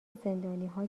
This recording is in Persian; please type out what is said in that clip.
زندانیها